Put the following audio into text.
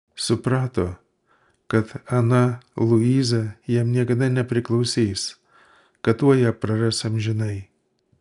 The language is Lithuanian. suprato kad ana luiza jam niekada nepriklausys kad tuoj ją praras amžinai